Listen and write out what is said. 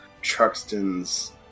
Truxton's